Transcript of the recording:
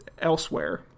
elsewhere